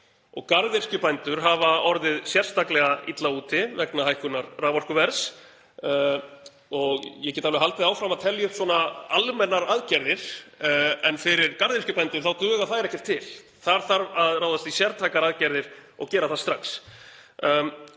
og garðyrkjubændur hafa orðið sérstaklega illa úti vegna hækkunar raforkuverðs. Ég get alveg haldið áfram að telja upp svona almennar aðgerðir en fyrir garðyrkjubændur þá duga þær ekkert til. Þar þarf að ráðast í sértækar aðgerðir og gera það strax.